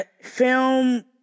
film